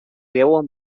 beuen